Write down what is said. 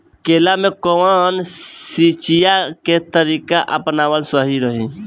केला में कवन सिचीया के तरिका अपनावल सही रही?